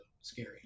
scary